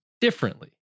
differently